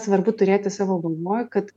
svarbu turėti savo galvoj kad